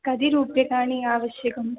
कति रूप्यकाणि आवश्यकम्